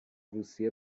روسیه